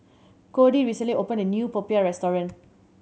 Codie recently opened a new popiah restaurant